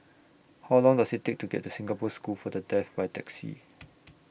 How Long Does IT Take to get to Singapore School For The Deaf By Taxi